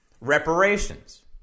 Reparations